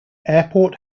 airport